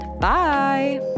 bye